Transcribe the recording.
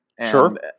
Sure